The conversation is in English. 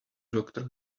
doctor